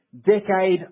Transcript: decade